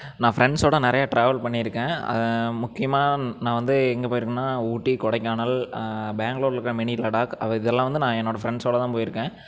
நான் ஃப்ரெண்ட்ஸோட நிறையா ட்ராவல் பண்ணியிருக்கேன் முக்கியமாக நான் வந்து எங்கே போயிருக்கேனா ஊட்டி கொடைக்கானல் பெங்களூர்ல இருக்க மினி லடாக் இதெல்லாம் வந்து நான் என்னோட ஃப்ரெண்ட்ஸோட தான் போய்ருக்கேன்